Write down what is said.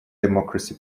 democracy